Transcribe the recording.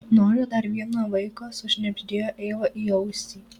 noriu dar vieno vaiko sušnibždėjo eiva į ausį